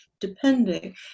depending